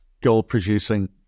gold-producing